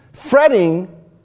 Fretting